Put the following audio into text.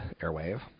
airwave